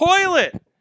toilet